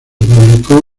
publicó